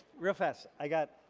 real fast. i got,